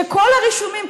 שכל הרישומים,